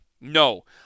No